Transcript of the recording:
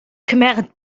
kemeret